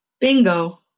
Bingo